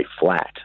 flat